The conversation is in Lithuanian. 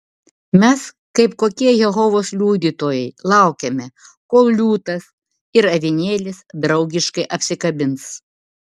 mes kaip kokie jehovos liudytojai laukiame kol liūtas ir avinėlis draugiškai apsikabins